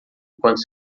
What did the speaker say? enquanto